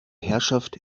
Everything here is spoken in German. herrschaft